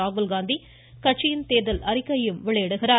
ராகுல்காந்தி கட்சியின் தேர்தல் அறிக்கையையும் வெளியிடுகிறார்